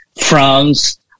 France